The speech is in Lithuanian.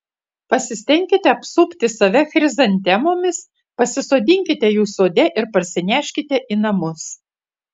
pasistenkite apsupti save chrizantemomis pasisodinkite jų sode ir parsineškite į namus